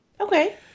Okay